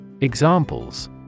Examples